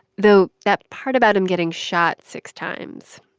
though that part about him getting shot six times,